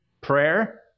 prayer